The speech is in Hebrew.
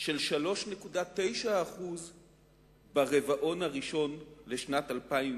של 3.9% ברבעון הראשון לשנת 2009,